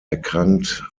erkrankt